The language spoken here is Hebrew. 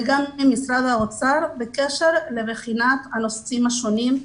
וגם עם משרד האוצר בקשר לבחינת הנושאים השונים.